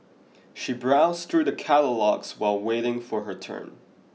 she browsed through the catalogues while waiting for her turn